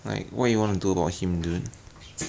then you play lah you play hyper ah